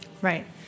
Right